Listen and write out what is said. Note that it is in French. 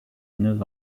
neuf